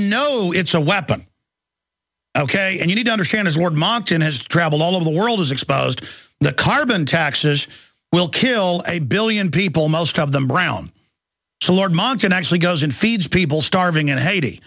know it's a weapon ok and you need to understand his word monton has traveled all over the world is exposed the carbon taxes will kill a billion people most of them brown lord monckton actually goes and feeds people starving in haiti